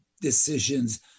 decisions